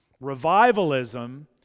revivalism